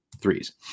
threes